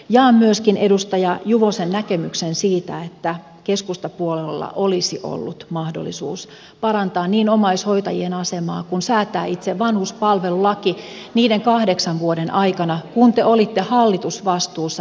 jaan myöskin edustaja juvosen näkemyksen siitä että keskustapuolueella olisi ollut mahdollisuus parantaa niin omaishoitajien asemaa kuin säätää itse vanhuspalvelulaki niiden kahdeksan vuoden aikana kun te olitte hallitusvastuussa pääministeripuolueena